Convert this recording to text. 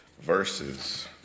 verses